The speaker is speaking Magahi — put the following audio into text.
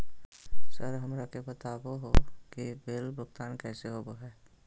सर हमरा के बता हो कि बिल भुगतान कैसे होबो है?